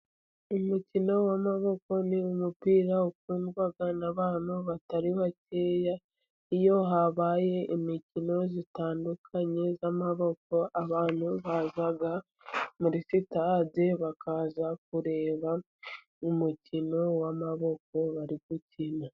Umukino w'amaboko ni umupira ukundwa n'abantu batari bakeya. Iyo habaye imikino itandukanye y'amaboko abantu baza muri sitade bakaza kureba umukino w'amaboko bari gukina.